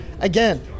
Again